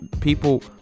People